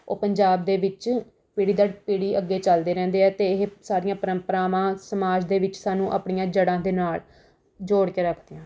ਉਹ ਪੰਜਾਬ ਦੇ ਵਿੱਚ ਪੀੜ੍ਹੀ ਦਰ ਪੀੜ੍ਹੀ ਅੱਗੇ ਚੱਲਦੇ ਰਹਿੰਦੇ ਹੈ ਅਤੇ ਇਹ ਸਾਰੀਆਂ ਪਰੰਪਰਾਵਾਂ ਸਮਾਜ ਦੇ ਵਿੱਚ ਸਾਨੂੰ ਆਪਣੀਆਂ ਜੜ੍ਹਾਂ ਦੇ ਨਾਲ ਜੋੜ ਕੇ ਰੱਖਦੀਆਂ